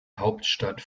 hauptstadt